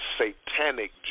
satanic